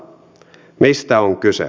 mistä on kyse